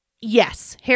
Yes